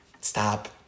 stop